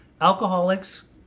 alcoholics